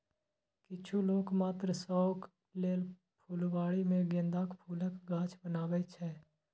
किछु लोक मात्र शौक लेल फुलबाड़ी मे गेंदाक फूलक गाछ लगबै छै